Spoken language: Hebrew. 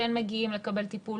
כן מגיעים לקבל טיפול,